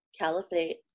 Caliphate